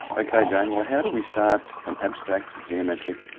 okay, jane, well how do we start an abstract, geometric,